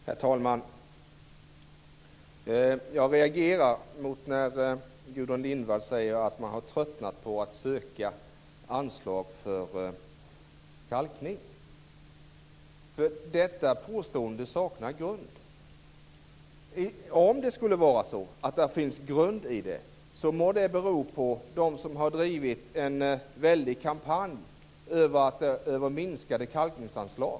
Herr talman! Jag reagerar när Gudrun Lindvall säger att man har tröttnat på att söka anslag för kalkning. Detta påstående saknar grund. Om det skulle vara så att det finns grund för det påståendet beror det på dem som har drivit en väldig kampanj om minskade kalkningsanslag.